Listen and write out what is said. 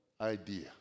idea